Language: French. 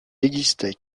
existait